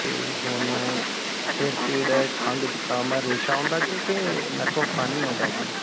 ਅਤੇ ਹੁਣ ਸਿਰ ਪੀੜ ਖੰਘ ਜ਼ੁਕਾਮ ਰੇਸ਼ਾ ਹੁੰਦਾ ਜੀ ਕਿ ਨੱਕੋਂ ਪਾਣੀ ਆਉਂਦਾ ਜੇ